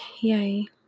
yay